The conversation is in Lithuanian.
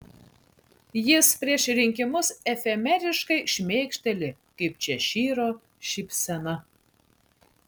jis prieš rinkimus efemeriškai šmėkšteli kaip češyro šypsena